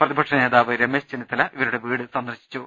പ്രതിപക്ഷ നേതാവ് രമേശ് ചെന്നിത്തല ഇവരുടെ വീട് സന്ദർശിച്ചു